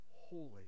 holy